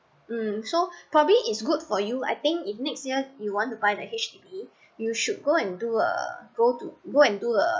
mm so probably is good for you I think if next year you want to buy the H_D_B you should go and do a go and do a